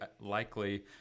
likely